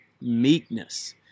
meekness